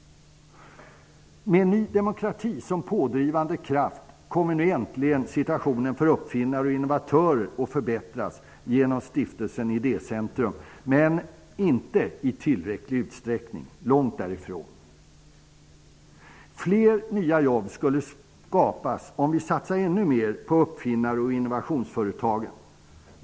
Med Ny demokrati som pådrivande kraft kommer nu äntligen situationen för uppfinnare och innovatörer att förbättras genom stiftelsen Idécentrum, men inte i tillräcklig utsträckning -- långt därifrån. Fler nya jobb skulle skapas om vi satsade ännu mer på uppfinnar och innovationsföretagen.